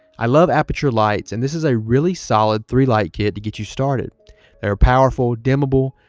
i love aperture lights and this is a really solid three light kit to get you started they're powerful dimmable,